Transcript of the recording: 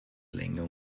länger